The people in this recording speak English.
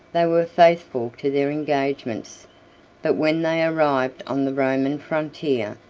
they were faithful to their engagements but when they arrived on the roman frontier,